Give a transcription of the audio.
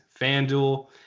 FanDuel